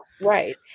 Right